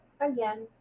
Again